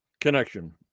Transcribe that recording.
Connection